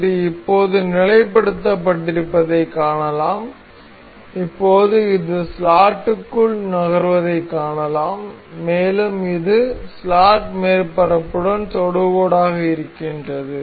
இது இப்போது நிலைபடுத்த பட்டிருப்பதைக் காணலாம் இப்போது இது ஸ்லாட்டுக்குள் நகர்வதைக் காணலாம் மேலும் இது ஸ்லாட் மேற்பரப்புடன் தொடுகோடாக இருக்கின்றது